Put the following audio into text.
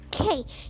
Okay